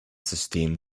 system